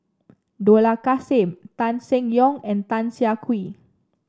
Dollah Kassim Tan Seng Yong and Tan Siah Kwee